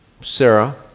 Sarah